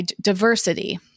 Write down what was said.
diversity